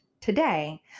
today